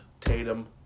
Tatum